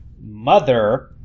mother